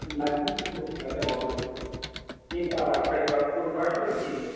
ꯅꯥꯏꯀꯤ ꯕꯨꯠ ꯀꯩꯅꯣꯗꯣ ꯀꯩꯕ ꯀꯣꯟꯕꯔꯁ ꯑꯣꯏꯅ ꯌꯦꯡꯂꯒꯦ